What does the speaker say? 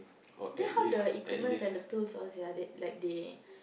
then how the equipment and the tools all sia they like they